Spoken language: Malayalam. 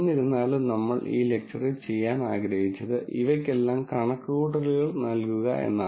എന്നിരുന്നാലും നമ്മൾ ഈ ലെക്ച്ചറിൽ ചെയ്യാൻ ആഗ്രഹിച്ചത് ഇവയ്ക്കെല്ലാം കണക്കുകൂട്ടലുകൾ നൽകുക എന്നതാണ്